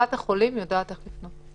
קופת החולים יודעת איך פונים.